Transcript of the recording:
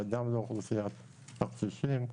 אבל גם לאוכלוסיית הקשישים.